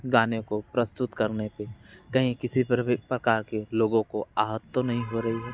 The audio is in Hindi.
गाने को प्रस्तुत करने पे कहीं किसी प्रकार के लोगों को आहत तो नहीं हो रही है